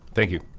thank you,